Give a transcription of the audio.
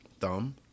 thumb